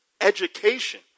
education